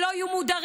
שלא היו מודרים,